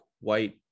white